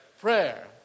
Prayer